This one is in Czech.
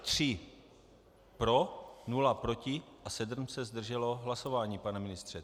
Tři pro, nula proti, a sedm se zdrželo hlasování, pane ministře.